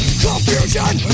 confusion